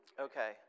okay